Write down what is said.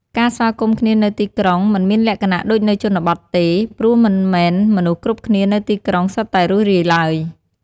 ការស្វាគមន៍គ្នានៅទីក្រុង មិនមានលក្ខណៈដូចនៅជនបទទេ ព្រោះមិនមែនមនុស្សគ្រប់គ្នានៅទីក្រុងសុទ្ធតែរួសរាយឡើយ។